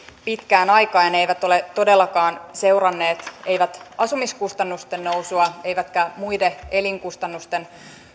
pitkään aikaan ja ne eivät ole todellakaan seuranneet asumiskustannusten nousua eivätkä muiden elinkustannusten